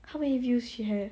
how many views she have